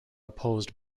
opposed